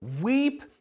weep